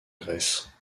grèce